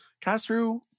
Castro